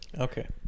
Okay